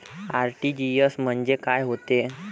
RTGS म्हंजे काय होते?